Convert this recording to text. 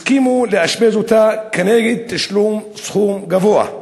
הסכימו לאשפז אותה כנגד תשלום סכום גבוה.